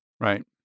Right